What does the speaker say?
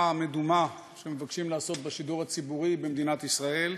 המדומה שמבקשים לעשות בשידור הציבורי במדינת ישראל,